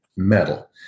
Metal